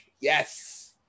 Yes